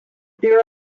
there